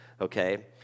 okay